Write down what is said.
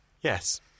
Yes